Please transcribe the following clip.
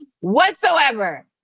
whatsoever